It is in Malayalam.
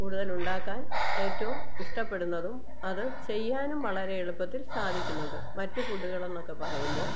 കൂടുതൽ ഉണ്ടാക്കാൻ ഏറ്റവും ഇഷ്ടപ്പെടുന്നതും അത് ചെയ്യാനും വളരെ എളുപ്പത്തിൽ സാധിക്കുന്നുണ്ട് മറ്റ് ഫുഡുകൾ എന്നൊക്കെ പറയുമ്പോൾ